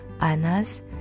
Anas